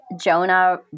Jonah